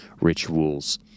rituals